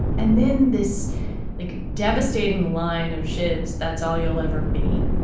and then this like devastating line of ships that's all you'll ever be.